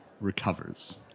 recovers